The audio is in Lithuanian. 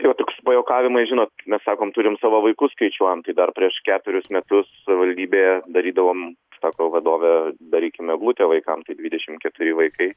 jo toks pajuokavimais žinot mes sakom turim savo vaikus skaičiuojam tai dar prieš ketverius metus savivaldybėje darydavom sako vadovė darykim eglutę vaikam tai dvidešimt keturi vaikai